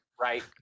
Right